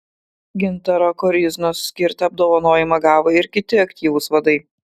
gintaro koryznos skirtą apdovanojimą gavo ir kiti aktyvūs vadai